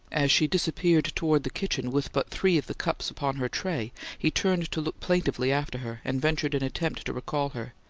as she disappeared toward the kitchen with but three of the cups upon her tray he turned to look plaintively after her, and ventured an attempt to recall her.